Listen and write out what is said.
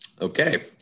Okay